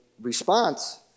response